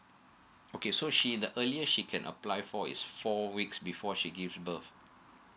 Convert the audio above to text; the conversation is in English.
okay so she the earlier she can apply for is four weeks before she give birth